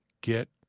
get